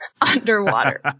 underwater